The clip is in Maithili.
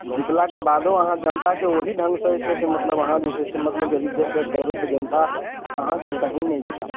जीतलाके बादो अहाँ जनताके ओहि ढङ्ग से जे छै से मतलब अहाँ जे छै से मतलब यदि देख रेख करबै तऽ जनता अहाँकेँ कहीँ नहि जयता